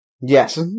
Yes